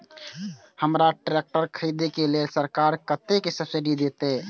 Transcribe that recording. हमरा ट्रैक्टर खरदे के लेल सरकार कतेक सब्सीडी देते?